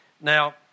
Now